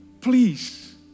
Please